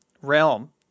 realm